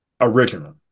original